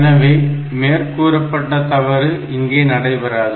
எனவே செயலி மேற்கண்ட தவறை செய்யாது